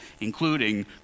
including